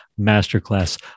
Masterclass